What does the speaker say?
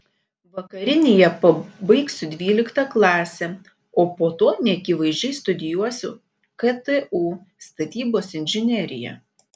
vakarinėje pabaigsiu dvyliktą klasę o po to neakivaizdžiai studijuosiu ktu statybos inžineriją